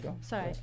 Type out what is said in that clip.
Sorry